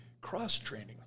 cross-training